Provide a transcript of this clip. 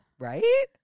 Right